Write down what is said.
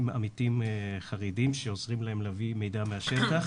עם עמיתים חרדים שעוזרים להם להביא מידע מהשטח.